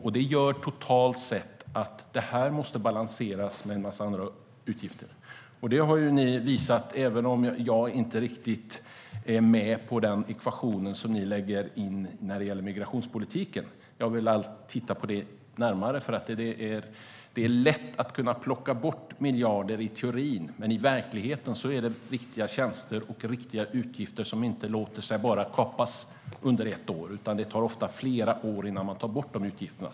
Det gör totalt sett att det här måste balanseras mot en massa andra utgifter. Detta har ni visat, även om jag inte riktigt är med på den ekvation som ni lägger in när det gäller migrationspolitiken. Jag vill allt titta närmare på det. Det är lätt att plocka bort miljarder i teorin, men i verkligheten är det riktiga tjänster och riktiga utgifter som inte låter sig kapas under ett år. Det tar ofta flera år att ta bort de utgifterna.